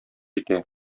итә